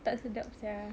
tak sedap sia